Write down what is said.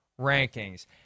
rankings